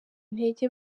intege